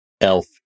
elf